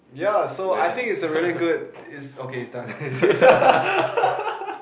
ya so I think it's a really good it's okay it's done